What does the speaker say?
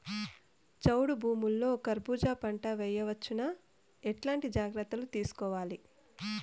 చౌడు భూముల్లో కర్బూజ పంట వేయవచ్చు నా? ఎట్లాంటి జాగ్రత్తలు తీసుకోవాలి?